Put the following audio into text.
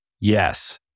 yes